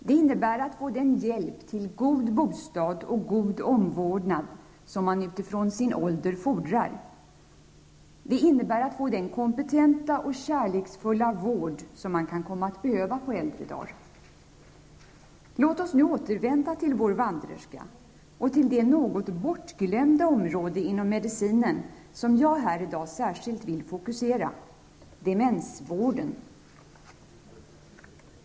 Det innebär att få den hjälp till god bostad och god omvårdnad som man utifrån sin ålder fordrar. Det innebär att få den kompetenta och kärleksfulla vård som man kan komma att behöva på äldre dar. Låt oss nu återvända till vår vandrerska och till det något bortglömda område inom medicinen som jag här i dag särskilt vill fokusera -- demensvården.